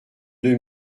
deux